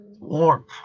warm